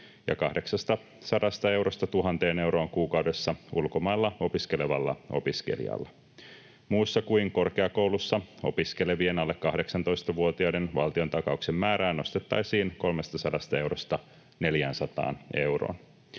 1 000 euroon kuukaudessa ulkomailla opiskelevalla opiskelijalla. Muussa kuin korkeakoulussa opiskelevien alle 18-vuotiaiden valtiontakauksen määrää nostettaisiin 300 eurosta